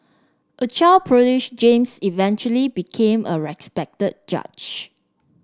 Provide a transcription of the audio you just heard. a child prodigy James eventually became a respected judge